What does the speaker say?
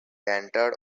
entered